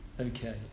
okay